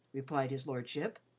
replied his lordship.